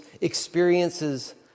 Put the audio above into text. experiences